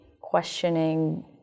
questioning